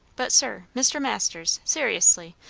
but, sir mr. masters seriously,